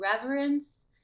reverence